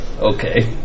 okay